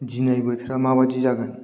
दिनै बोथोरा माबादि जागोन